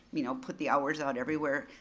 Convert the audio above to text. you know put the hours out everywhere.